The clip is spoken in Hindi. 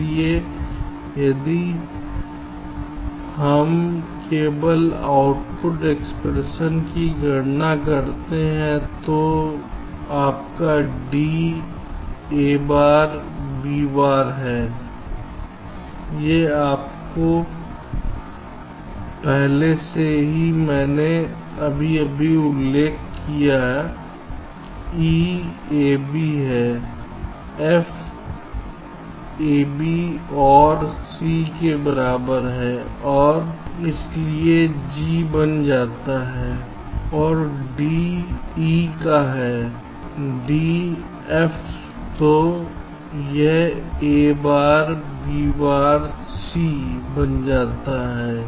इसलिए यदि हम केवल आउटपुट एक्सप्रेशन की गणना करते हैं तो आपका d a बार b बार है यह पहले से ही मैंने अभी अभी उल्लेख किया है e ab है f ab OR c के बराबर है और इसलिए g बन जाता है और d और e का d और f तो यह a बार b बार c बन जाता है